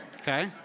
okay